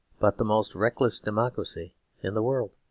but the most reckless democracy in the world.